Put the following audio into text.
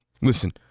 listen